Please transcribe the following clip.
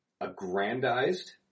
Aggrandized